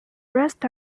rest